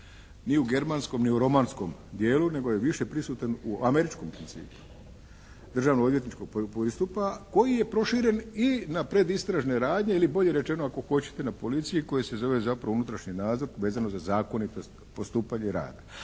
ni u germanskom ni u romanskom dijelu nego je više prisutan u američkom principu. Državno odvjetništvo postupa koji je proširen i na predistražne radnje ili bolje rečeno ako hoćete na policiju koja se zove zapravo unutrašnji nadzor vezano za zakone i postupanje rada.